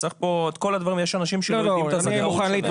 יש אנשים שלא יודעים את הזכאות שלהם.